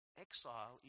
Exile